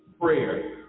prayer